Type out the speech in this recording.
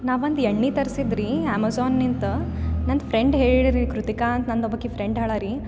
ನಾ ಒಂದು ಎಣ್ಣೆ ತರಿಸಿದ್ರಿ ಅಮೆಝನ್ನಿಂತ ನಂದು ಫ್ರೆಂಡ್ ಹೇಳಿರಿ ಕೃತಿಕಾ ಅಂತ ನಂದು ಒಬ್ಬಾಕಿ ಫ್ರೆಂಡ್ ಹಳಾರಿ